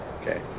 Okay